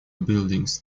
buildings